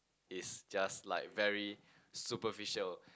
is just like very superficial